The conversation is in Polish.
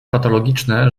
patologiczne